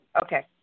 Okay